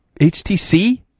HTC